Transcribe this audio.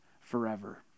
forever